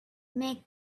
make